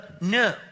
no